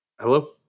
Hello